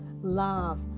love